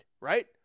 right